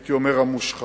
הייתי אומר המושחתות,